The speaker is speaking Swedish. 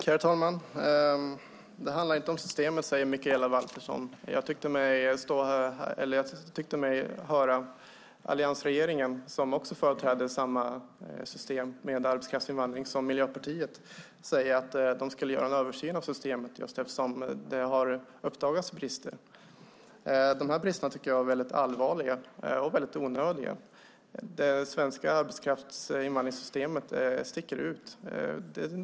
Herr talman! Det handlar inte om systemet, säger Mikaela Valtersson. Alliansregeringen som företräder samma system för arbetskraftsinvandring som Miljöpartiet säger att man ska göra en översyn av systemet då det har uppdagats brister. Jag tycker att dessa brister är allvarliga och onödiga. Det svenska arbetskraftsinvandringssystemet sticker ut.